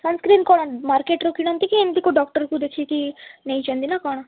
sunscreen କ'ଣ ମାର୍କେଟ୍ରୁ କିଣନ୍ତି କି ଏମିତି କେଉଁ ଡକ୍ଟର୍କୁ ଦେଖାଇକି ନେଇଛନ୍ତି ନା କ'ଣ